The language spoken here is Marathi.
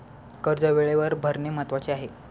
कर्ज वेळेवर भरणे महत्वाचे आहे